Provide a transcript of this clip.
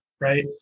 right